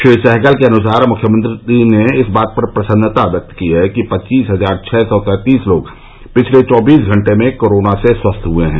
श्री सहगल के अनुसार मुख्यमंत्री ने इस बात पर प्रसन्नता व्यक्त की है कि पच्चीस हजार छः सौ तेतिस लोग पिछले चौबीस घण्टे में कोरोना से स्वस्थ हुए हैं